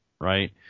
right